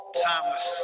Thomas